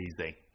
easy